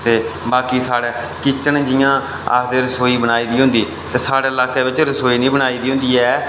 ते बाकी साढ़ै किचन जि'यां आखदे रसोई बनाई दी होंदी ते साढ़े लाके बिच रसोई निं बनाई दी होंदी ऐ